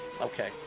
Okay